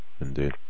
Indeed